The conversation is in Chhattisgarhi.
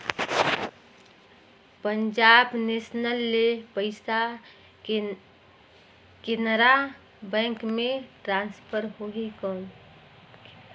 पंजाब नेशनल ले पइसा केनेरा बैंक मे ट्रांसफर होहि कौन?